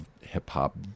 hip-hop